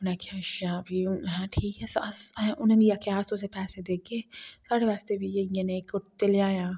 उनें आखेआ अच्छा फ्ही ठीक ऐ सब उनें मिगी आखेआ अस तुसेंगी पैसै देगे साढ़े आस्तै बी इयै जनेह कुर्ते लेई आयां